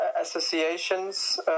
associations